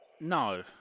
No